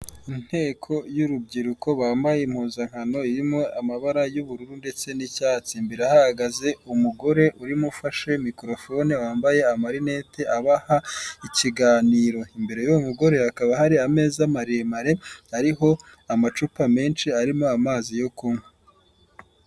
Inteko y'urubyiruko bambaye impuzankano irimo amabara y'ubururu ndetse n'icyatsi, imbere hahagaze umugore urimo ufashe mikorofone wambaye amarinete abaha ikiganiro, imbere y'uwo mugore hakaba hari ameza maremare ariho amacupa menshi , arimo amazi yo kunywa.